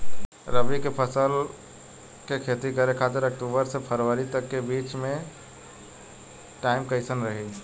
रबी फसल के खेती करे खातिर अक्तूबर से फरवरी तक के बीच मे टाइम कैसन रही?